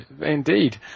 indeed